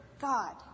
God